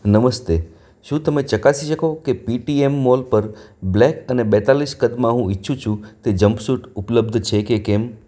નમસ્તે શું તમે ચકાસી શકો કે પેટીએમ મોલ પર બ્લેક અને બેતાલીસ કદમાં હું ઇચ્છું છું તે જંપ સૂટ ઉપલબ્ધ છે કે કેમ